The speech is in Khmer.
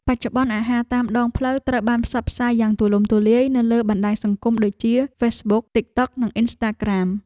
បច្ចុប្បន្នអាហារតាមដងផ្លូវត្រូវបានផ្សព្វផ្សាយយ៉ាងទូលំទូលាយនៅលើបណ្ដាញសង្គមដូចជា ហ្វេសប៊ុក ទិកតុក និងអ៊ីនស្តាក្រាម។